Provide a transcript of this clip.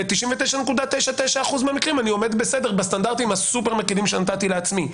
ב-0.99% מהמקרים אני עומד בסטנדרטים הסופר מקלים שנתתי לעצמי".